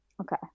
Okay